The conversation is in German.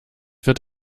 wird